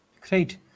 great